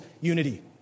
unity